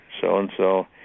so-and-so